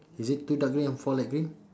is it two dark green and four light green